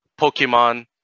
Pokemon